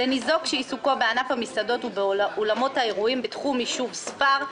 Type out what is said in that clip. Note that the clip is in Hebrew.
לניזוק שעיסוקו בענף המסעדות ובאולמות האירועים בתחום ישוב ספר,